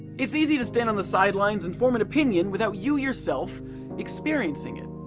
it' easy to stand on the sidelines and form an opinion without you yourself experiencing it.